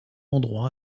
endroit